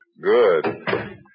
Good